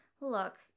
Look